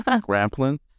Grappling